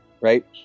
right